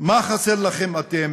אתם,